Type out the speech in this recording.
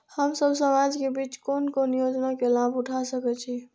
हम सब समाज के बीच कोन कोन योजना के लाभ उठा सके छी?